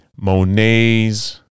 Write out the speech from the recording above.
monet's